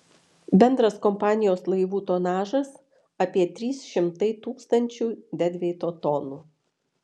bendras kompanijos laivų tonažas apie trys šimtai tūkstančių dedveito tonų